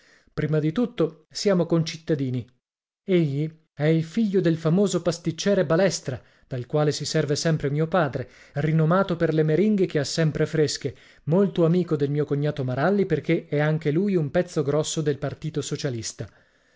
prima di tutto siamo concittadini egli è figlio del famoso pasticciere balestra dal quale si serve sempre mio padre rinomato per le meringhe che ha sempre fresche molto amico del mio cognato maralli perché è anche lui un pezzo grosso del partito socialista